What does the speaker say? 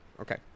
Okay